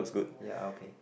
ya okay